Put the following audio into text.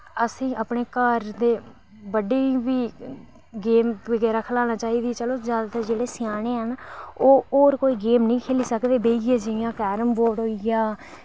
असेंई अपने घर दे बड्डें ई वि गेम वगैरा खलाने चाहिदी चलो ज्यादातर जेह्ड़े स्याने हैन ओ और कोई गेम नि खेली सकदे बेहियै जि'यां कैरम बोर्ड होइया